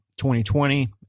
2020